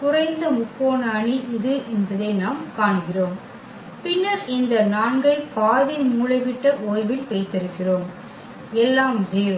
குறைந்த முக்கோண அணி இது என்பதை நாம் காண்கிறோம் பின்னர் இந்த 4 ஐ பாதி மூலைவிட்ட ஓய்வில் வைத்திருக்கிறோம் எல்லாம் 0